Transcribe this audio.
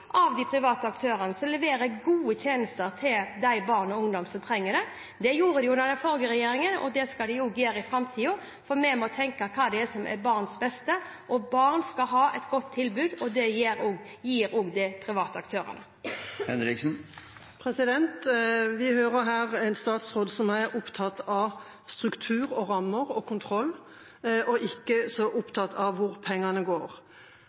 som trenger det. Det gjorde de under den forrige regjeringen, og det skal de også gjøre i framtiden, for vi må tenke på hva som er barnas beste. Barn skal ha et godt tilbud, og det gir også de private aktørene. Vi hører her en statsråd som er opptatt av struktur og rammer og kontroll, og ikke så opptatt av hvor pengene går.